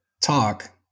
talk